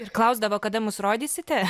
ir klausdavo kada mus rodysite